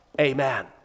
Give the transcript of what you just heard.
Amen